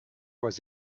was